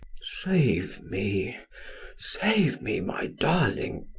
save me save me, my darling.